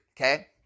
Okay